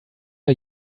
are